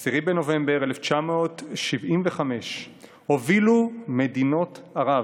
ב-10 בנובמבר 1975 הובילו מדינות ערב